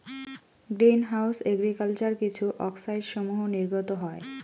green house agriculture কিছু অক্সাইডসমূহ নির্গত হয়